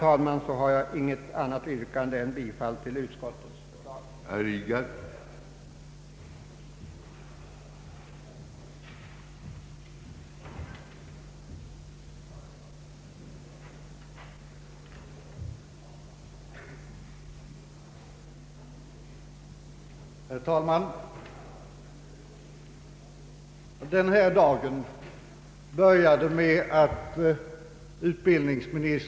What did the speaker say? För dagen har jag, herr talman, inget annat yrkande än bifall till utskottets förslag.